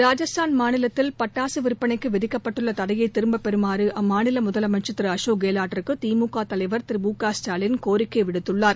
ராஜஸ்தான் மாநிலத்தில் பட்டாசு விற்பனைக்கு விதிக்கப்பட்டுள்ள தடையை திரும்பப்பெறுமாறு அம்மாநில முதலமைச்சர் திரு அஷோக் கெலாட்டிற்கு திமுக தலைவர் திரு மு க ஸ்டாலின் கோரிக்கை விடுத்துள்ளார்